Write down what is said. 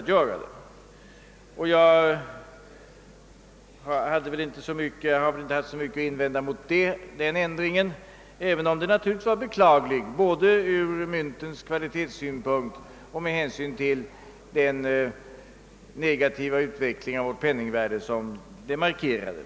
Mot den 1942 genomförda ändringen har jag väl inte så mycket att invända, även om den naturligtvis var beklaglig både ur myntkvalitetssynpunkt och med hänsyn till den negativa utveckling av vårt penningvärde som åtgärden markerade.